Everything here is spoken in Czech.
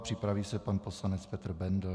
Připraví se pan poslanec Petr Bendl.